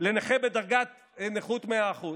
לנכה בדרגת נכות מאה אחוז,